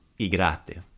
igrate